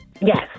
Yes